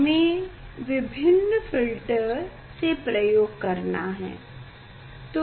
हमें विभिन्न फ़िल्टर से प्रयोग करना है